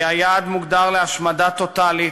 היה יעד מוגדר להשמדה טוטלית,